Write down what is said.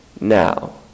now